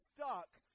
stuck